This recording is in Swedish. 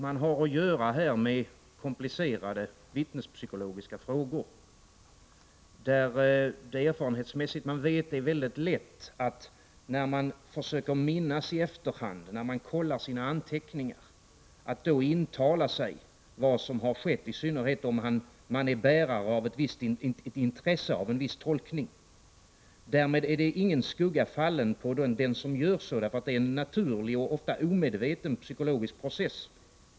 Man har här att göra med komplicerade vittnespsykologiska frågor, där man erfarenhetsmässigt vet att det när man i efterhand försöker att minnas och när man kollar sina anteckningar är väldigt lätt att intala sig något om vad som har skett, i synnerhet om man är bärare av ett intresse för en viss tolkning. Därmed är det ingen skugga fallen på den som gör så, för det är fråga om en naturlig och ofta omedveten och psykologisk process.